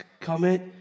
comment